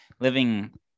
living